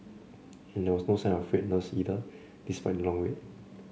and there was no sign of frayed nerves either despite the long wait